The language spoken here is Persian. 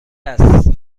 است